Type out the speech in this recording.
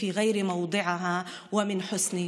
כרמל וג'ולאן,